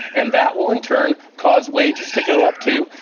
and that will, in turn, cause wages to go up, too,